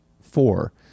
Four